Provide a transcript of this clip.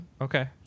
okay